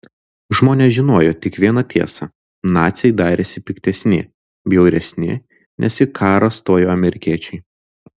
žmonės žinojo tik vieną tiesą naciai darėsi piktesni bjauresni nes į karą stojo amerikiečiai